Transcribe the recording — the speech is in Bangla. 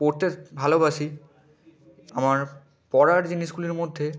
পড়তে ভালোবাসি আমার পড়ার জিনিসগুলির মধ্যে